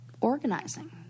organizing